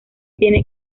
tiene